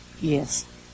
Yes